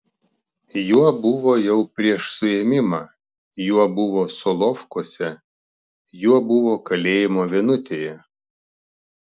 juo buvo jau prieš suėmimą juo buvo solovkuose juo buvo kalėjimo vienutėje